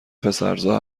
پسرزا